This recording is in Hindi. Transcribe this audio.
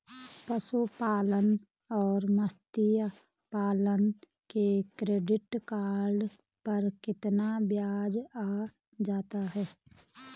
पशुपालन और मत्स्य पालन के क्रेडिट कार्ड पर कितना ब्याज आ जाता है?